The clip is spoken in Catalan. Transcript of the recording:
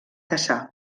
caçar